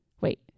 Wait